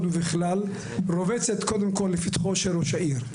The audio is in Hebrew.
ובכלל רובצת קודם כל לפתחו של ראש העיר.